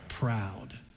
proud